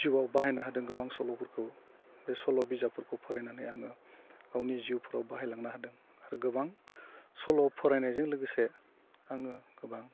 जिउआव बाहायनो हादों गोबां सल'फोरखौ बे सल' बिजाबफोरखौ फरायनानै आङो गावनि जिउफ्राव बाहायलांनो हादों आरो गोबां सल' फरायनायजों लोगोसे आङो गोबां